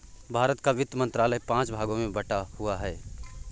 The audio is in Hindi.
भारत का वित्त मंत्रालय पांच भागों में बटा हुआ है